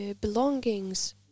belongings